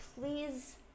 please